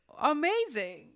amazing